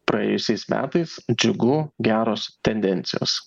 praėjusiais metais džiugu geros tendencijos